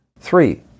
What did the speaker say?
Three